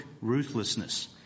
ruthlessness